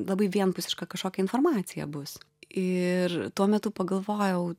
labai vienpusiška kažkokia informacija bus ir tuo metu pagalvojau